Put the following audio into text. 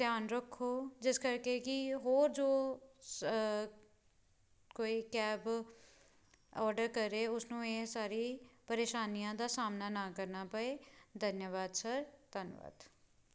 ਧਿਆਨ ਰੱਖੋ ਜਿਸ ਕਰਕੇ ਕਿ ਹੋਰ ਜੋ ਸ ਕੋਈ ਕੈਬ ਔਡਰ ਕਰੇ ਉਸ ਨੂੰ ਇਹ ਸਾਰੀ ਪਰੇਸ਼ਾਨੀਆਂ ਦਾ ਸਾਹਮਣਾ ਨਾ ਕਰਨਾ ਪਏ ਧੰਨਵਾਦ ਸਰ ਧੰਨਵਾਦ